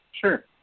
Sure